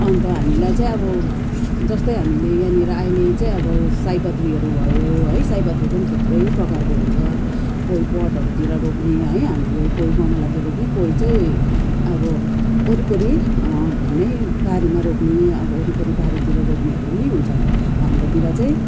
अन्त हामीलाई चाहिँ अब जस्तै हामीले यहाँनिर अहिले चाहिँ अब सयपत्रीहरू भयो है सयपत्रीहरूको पनि थुप्रै प्रकारको हुन्छ कोही पटहरूतिर रोप्ने है हामीले कोही गमलातिर रोप्ने कोही चाहिँ अब वरिपरि भुँइमै बारीमा रोप्ने अब वरिपरि बारीतिर रोप्नेहरू पनि हुन्छ हाम्रोतिर चाहिँ